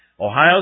Ohio